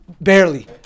Barely